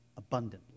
Abundantly